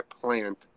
plant